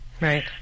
Right